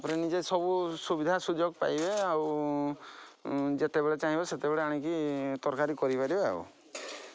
ତା'ପରେ ନିଜେ ସବୁ ସୁବିଧା ସୁଯୋଗ ପାଇବେ ଆଉ ଯେତେବେଳେ ଚାହିଁବେ ସେତେବେଳେ ଆଣିକି ତରକାରୀ କରିପାରିବେ ଆଉ